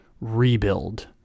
rebuild